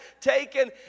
taken